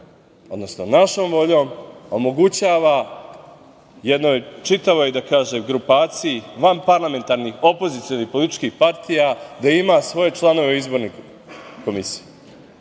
odnosno našom voljom, omogućava jednoj čitavoj, da kažem, grupaciji vanparlamentarnih, opozicionih političkih partija da ima svoje članove u Izbornoj komisiji. Ja